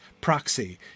proxy